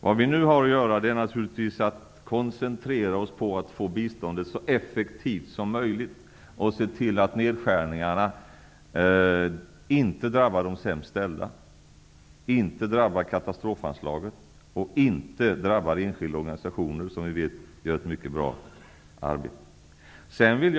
Vi skall nu koncentrera oss på att få biståndet att bli så effektivt som möjligt och se till att nedskärningarna inte drabbar de sämst ställda, katastrofanslaget eller enskilda organisationer som vi vet gör ett mycket bra arbete. Fru talman!